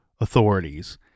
authorities